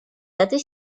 этой